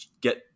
get